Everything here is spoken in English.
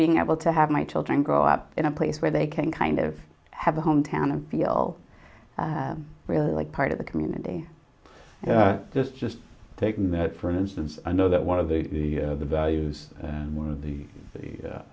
being able to have my children grow up in a place where they can kind of have a hometown and feel really like part of the community just just taking that for instance i know that one of the values one of the